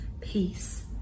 peace